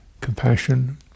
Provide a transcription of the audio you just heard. compassion